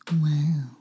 Wow